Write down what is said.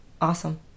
Awesome